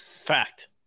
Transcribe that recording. Fact